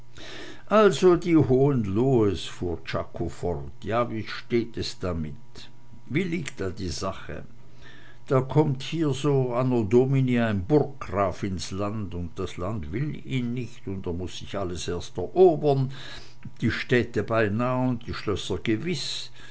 also die hohenlohes fuhr czako fort ja wie steht es damit wie liegt da die sache da kommt hier so anno domini ein burggraf ins land und das land will ihn nicht und er muß sich alles erst erobern die städte beinah und die schlösser